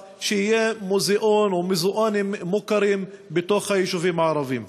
שיהיה מוזיאון או מוזיאונים מוכרים בתוך היישובים הערביים.